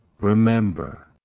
remember